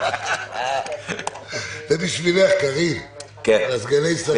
זה בשבילך, קארין, על הסגני שרים.